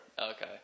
Okay